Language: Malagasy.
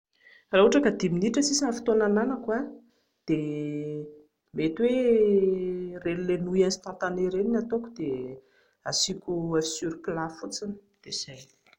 Raha ohatra ka dimy minitra sisa ny fotoana hananako dia mety hoe ireny nouille instantané ireny no hataoko dia asiako oeuf sur plat fotsiny dia izay